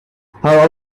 her